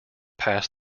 pass